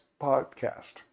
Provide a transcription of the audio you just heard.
podcast